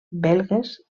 belgues